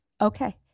Okay